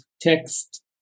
text